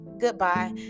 goodbye